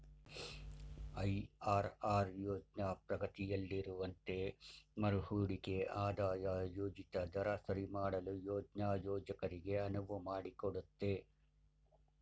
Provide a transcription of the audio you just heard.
IRR ಯೋಜ್ನ ಪ್ರಗತಿಯಲ್ಲಿರುವಂತೆ ಮರುಹೂಡಿಕೆ ಆದಾಯ ಯೋಜಿತ ದರ ಸರಿಮಾಡಲು ಯೋಜ್ನ ಯೋಜಕರಿಗೆ ಅನುವು ಮಾಡಿಕೊಡುತ್ತೆ